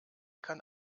kann